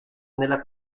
nella